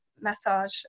massage